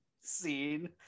scene